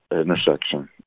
intersection